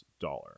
dollar